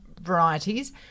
varieties